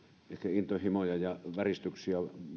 intohimoja ja väristyksiä